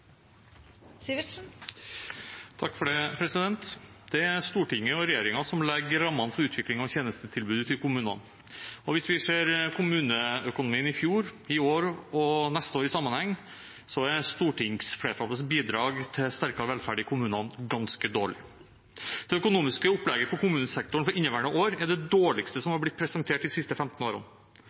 Stortinget og regjeringen som legger rammene for utvikling av tjenestetilbudet til kommunene. Hvis vi ser kommuneøkonomien i fjor, i år og neste år i sammenheng, er stortingsflertallets bidrag til sterkere velferd i kommunene ganske dårlig. Det økonomiske opplegget for kommunesektoren for inneværende år er det dårligste som har blitt presentert de siste 15 årene.